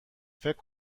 فکر